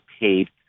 paid